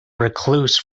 recluse